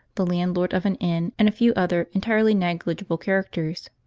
the landlord of an inn, and a few other entirely negligible characters.